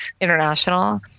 international